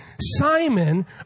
Simon